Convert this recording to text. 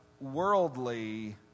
worldly